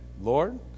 Lord